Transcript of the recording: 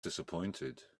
disappointed